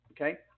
okay